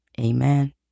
Amen